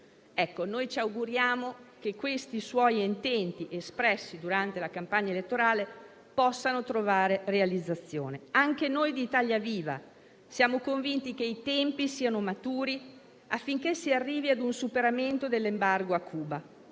Ci auguriamo che questi intenti espressi durante la campagna elettorale possano trovare realizzazione. Anche noi di Italia Viva siamo convinti che i tempi siano maturi affinché si arrivi a un superamento di questo embargo che